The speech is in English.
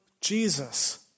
Jesus